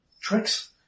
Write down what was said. Tricks